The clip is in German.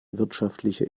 wirtschaftliche